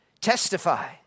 Testify